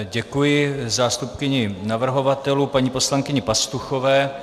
Děkuji zástupkyni navrhovatelů paní poslankyni Pastuchové.